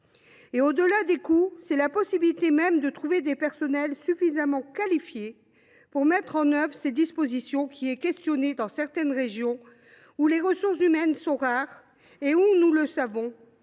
Au delà des coûts, c’est la possibilité même de trouver des personnels suffisamment qualifiés pour mettre en œuvre ces dispositions qui suscite des interrogations dans certaines régions où les ressources humaines sont rares et où, nous le savons,